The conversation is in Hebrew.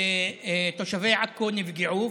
תושבי עכו נפגעו,